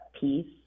piece